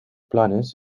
planes